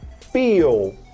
feel